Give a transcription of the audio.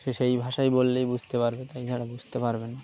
সে সেই ভাষায় বললেই বুঝতে পারবে তাই এছাড়া বুঝতে পারবে না